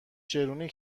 چرونی